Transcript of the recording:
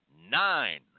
nine